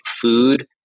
food